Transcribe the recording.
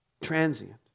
Transient